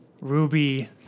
Ruby